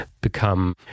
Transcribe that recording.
become